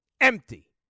Empty